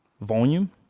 volume